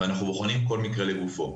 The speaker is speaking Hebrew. אנחנו בוחנים כל מקרה לגופו.